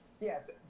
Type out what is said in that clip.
Yes